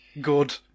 Good